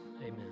amen